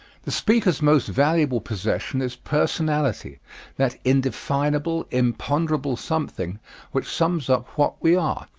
the speaker's most valuable possession is personality that indefinable, imponderable something which sums up what we are,